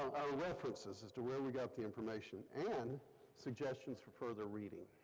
our references as to where we got the information and suggestions for further reading.